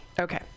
Okay